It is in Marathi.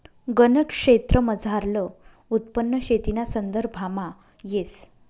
गनज क्षेत्रमझारलं उत्पन्न शेतीना संदर्भामा येस